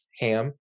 Ham